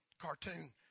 cartoon